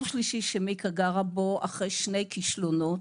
שלישי שמיקה גרה בו אחרי שני כישלונות.